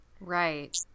Right